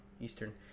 Eastern